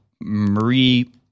Marie